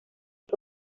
así